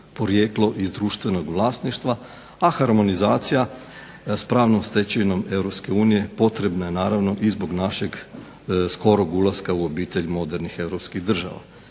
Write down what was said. iz društvenog vlasništva, a harmonizacija s pravnom stečevinom Europske unije potrebna je naravno i zbog našeg skorog ulaska u obitelj modernih europskih država.